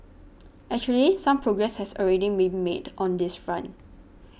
actually some progress has already been made on this front